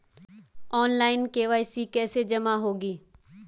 Online KYC कैसे जमा होगी?